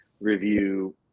review